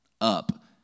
up